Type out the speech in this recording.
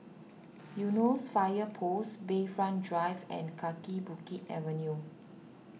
Eunos Fire Post Bayfront Drive and Kaki Bukit Avenue